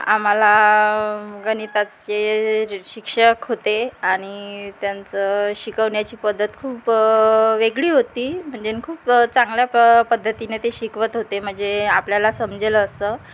आम्हाला गणिताचे जे शिक्षक होते आणि त्यांचं शिकवण्याची पद्धत खूप वेगळी होती म्हणजे आणि खूप चांगल्या प पद्धतीने ते शिकवत होते म्हणजे आपल्याला समजेलं असं